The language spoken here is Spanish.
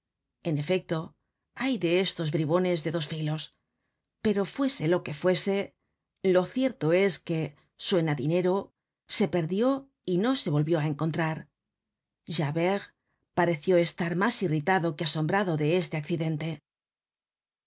en efecto hay de estos bribones de dos filos pero fuese lo que fuese lo cierto es que suena dinero se perdió y no se volvió á encontrar javert pareció estar mas irritado que asombrado de este accidente